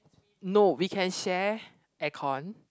no we can share air con